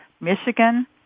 Michigan